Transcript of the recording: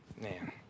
man